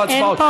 לא הצבעות.